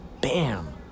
Bam